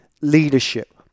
leadership